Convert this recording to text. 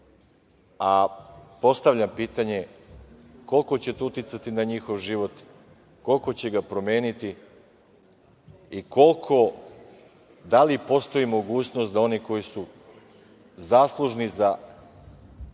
decenija. Postavljam pitanje - koliko će to uticati na njihov život, koliko će ga promeniti i da li postoji mogućnost da oni koji su zaslužni za